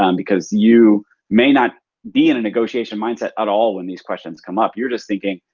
um because you may not be in a negotiation mindset at all when these questions come up. you're just thinking,